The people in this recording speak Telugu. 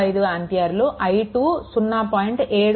25 ఆంపియర్లు i2 0